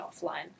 offline